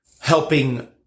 helping